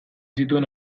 zituen